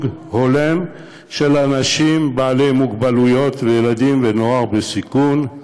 הולם של אנשים בעלי מוגבלויות וילדים ונוער בסיכון,